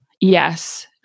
Yes